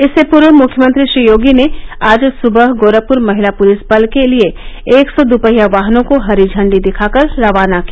इससे पूर्व मुख्यमंत्री श्री योगी ने आज सुबह गोरखपुर महिला पुलिस बल के लिए एक सौ द्पहिया वाहनों को हरी झंडी दिखाकर रवाना किया